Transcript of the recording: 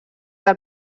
del